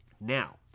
Now